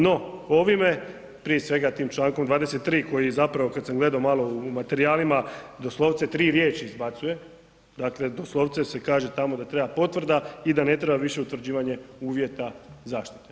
No, ovime prije svega tim Člankom 23. koji je zapravo kad sam gledao malo u materijalima doslovce tri riječi izbacuje, dakle doslovce se kaže tamo da treba potvrda i da ne treba više utvrđivanje uvjeta zaštite.